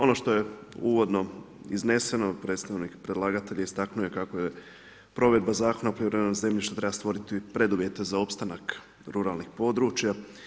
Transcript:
Ono što je uvodno izneseno predstavnik predlagatelja istaknuo je kako je provedba Zakona o poljoprivrednom zemljištu treba stvoriti preduvjete za opstanak ruralnih područja.